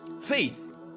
faith